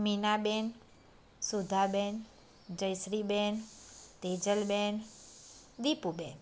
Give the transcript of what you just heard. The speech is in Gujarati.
મીનાબહેન સુધાબહેન જયશ્રીબહેન તેજલબહેન દિપુબહેન